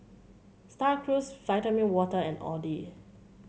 Star Cruise Vitamin Water and Audi